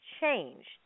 changed